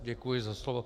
Děkuji za slovo.